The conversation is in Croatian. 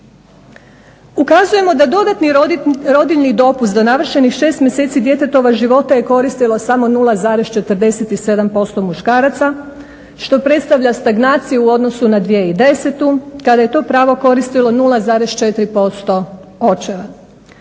Ukazujemo da dodatni rodiljni dopust do navršenih 6 mjeseci djetetova života je koristilo samo 0,47% muškaraca, što predstavlja stagnaciju u odnosu na 2010. kada je to pravo koristilo 0,4% očeva.